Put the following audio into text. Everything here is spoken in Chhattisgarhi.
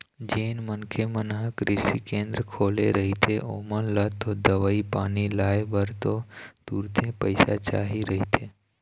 जेन मनखे मन ह कृषि केंद्र खोले रहिथे ओमन ल तो दवई पानी लाय बर तो तुरते पइसा चाही रहिथे